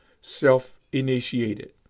self-initiated